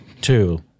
Two